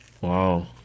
Wow